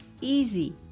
easy